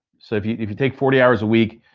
so if you if you take forty hours a week,